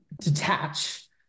detach